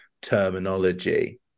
terminology